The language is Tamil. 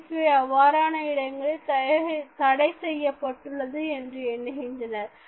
நகைச்சுவை அவ்வாறான இடங்களில் தடை செய்யப்பட்டுள்ளது என்று எண்ணுகின்றனர்